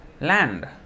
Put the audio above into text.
land